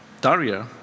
Daria